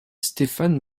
stéphane